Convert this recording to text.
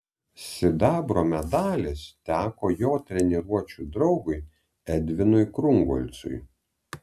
sidabro medalis teko jo treniruočių draugui edvinui krungolcui